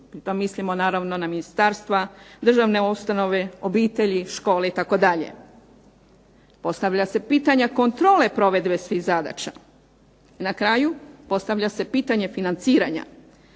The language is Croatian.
To mislimo naravno na ministarstva, državne ustanove, obitelji, škole itd. Postavlja se pitanje kontrole provedbe svih zadaća. Na kraju postavlja se pitanje financiranja.